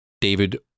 David